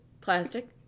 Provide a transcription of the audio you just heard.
Plastic